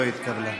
לא התקבלה.